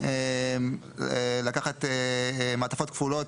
לקחת מעטפות כפולות,